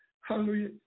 Hallelujah